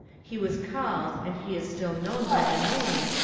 he was called, and he is still known by the name,